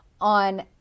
on